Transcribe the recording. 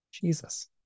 Jesus